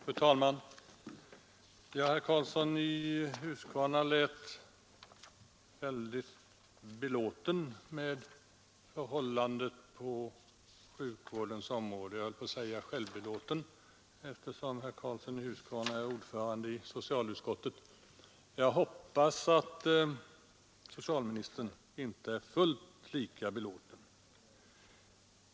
Fru talman! Herr Karlsson i Huskvarna lät mycket belåten med förhållandena på sjukvårdens område — jag höll på att säga självbelåten, eftersom herr Karlsson i Huskvarna är ordförande i socialutskottet. Jag hoppas att socialministern inte är fullt lika belåten.